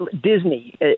Disney